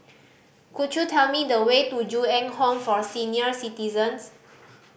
could you tell me the way to Ju Eng Home for Senior Citizens